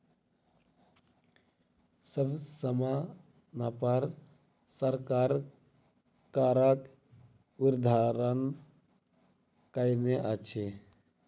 सब सामानपर सरकार करक निर्धारण कयने अछि